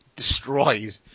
destroyed